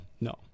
No